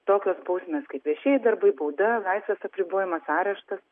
tokios bausmės kaip viešieji darbai bauda laisvės apribojimas areštas